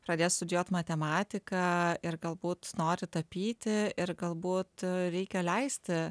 pradėt studijuoti matematiką ir galbūt nori tapyti ir galbūt reikia leisti